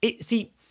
See